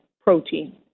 protein